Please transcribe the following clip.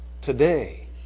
today